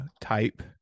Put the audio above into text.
type